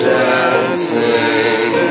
dancing